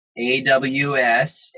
AWS